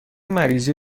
مریضی